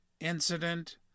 incident